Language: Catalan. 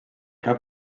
cap